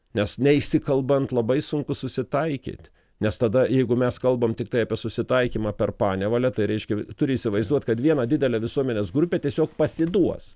nes neišsikalbant labai sunku susitaikyt nes tada jeigu mes kalbam tiktai apie susitaikymą per panevalią tai reiškia turi įsivaizduot kad viena didelė visuomenės grupė tiesiog pasiduos